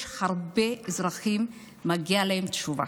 יש הרבה אזרחים שמגיעה להם תשובה.